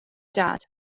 dad